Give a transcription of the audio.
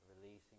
releasing